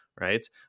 Right